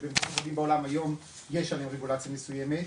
שבמקומות רבים בעולם היום יש עליהם רגולציה מסוימת,